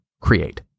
create